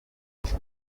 ufite